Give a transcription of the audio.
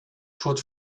could